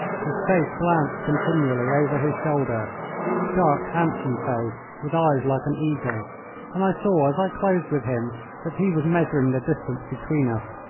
his face glanced continually over his shoulder dark, handsome face, with eyes like an eagle and i saw as i closed with him that he was measuring the distance between us.